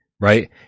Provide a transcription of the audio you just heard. right